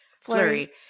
Flurry